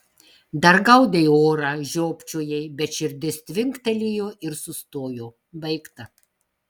dar gaudei orą žiopčiojai bet širdis tvinktelėjo ir sustojo baigta